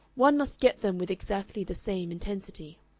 one must get them with exactly the same intensity.